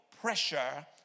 pressure